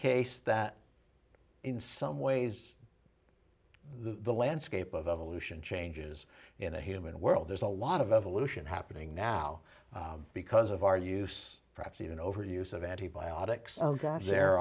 case that in some ways the landscape of evolution changes in a human world there's a lot of evolution happening now because of our use perhaps even overuse of antibiotics